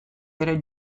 ere